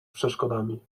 przeszkodami